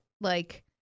like-